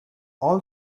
all